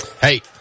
Hey